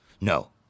No